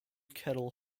kettle